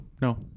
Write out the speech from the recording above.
no